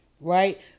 right